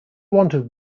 wanted